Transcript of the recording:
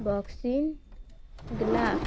boxing gloves